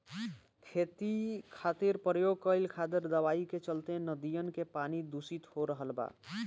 खेती खातिर प्रयोग कईल खादर दवाई के चलते नदियन के पानी दुसित हो रहल बा